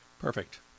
Perfect